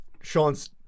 Sean's